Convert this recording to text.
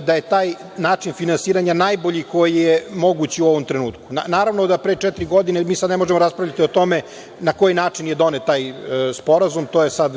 da je taj način finansiranja najbolji koji je moguć u ovom trenutku. Naravno da pre četiri godine, mi sad ne možemo raspravljati o tome, na koji način je donet taj sporazum, to je sad